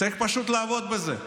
צריך פשוט לעבוד בזה.